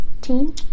team